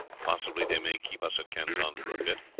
possibly they may keep us at canton for a bit,